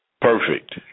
Perfect